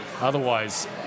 Otherwise